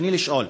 רצוני לשאול: